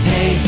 Hey